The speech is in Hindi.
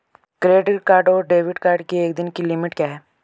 क्रेडिट कार्ड और डेबिट कार्ड की एक दिन की लिमिट क्या है?